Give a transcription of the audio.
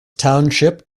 township